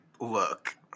look